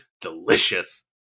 delicious